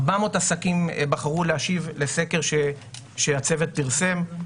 400 עסקים בחרו להשיב לסקר שהצוות פרסם.